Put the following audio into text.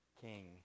king